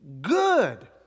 good